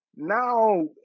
Now